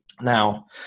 Now